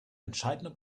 entscheidender